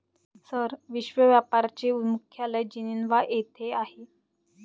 sir, विश्व व्यापार चे मुख्यालय जिनिव्हा येथे आहे